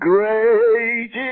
Great